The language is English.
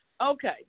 Okay